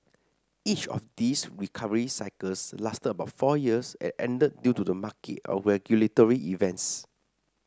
each of these recovery cycles lasted about four years and ended due to market or regulatory events